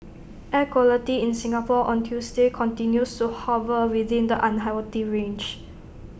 air quality in Singapore on Tuesday continues to hover within the unhealthy range